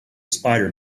spider